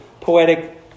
poetic